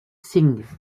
singh